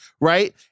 right